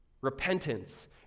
Repentance